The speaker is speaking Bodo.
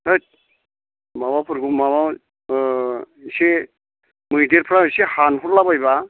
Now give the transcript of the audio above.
हैद माबाफोरखौ माबा इसे मैदेरफ्रा इसे हानहरला बायबा